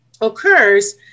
occurs